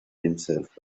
himself